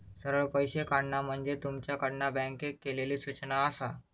सरळ पैशे काढणा म्हणजे तुमच्याकडना बँकेक केलली सूचना आसा